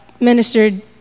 ministered